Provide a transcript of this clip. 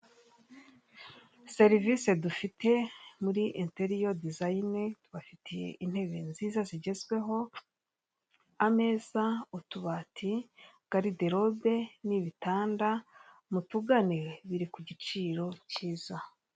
Serivise dufite muri interial design tubafitiye intebe nziza zigezweho ameza, utubati, gariderobe n'ibitanda mutugane biri kugiciro cyiza.